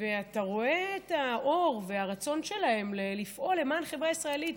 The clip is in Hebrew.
ואתה רואה את האור והרצון שלהן לפעול למען החברה הישראלית.